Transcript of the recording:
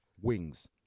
wings